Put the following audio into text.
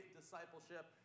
discipleship